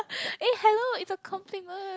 eh hello it's a compliment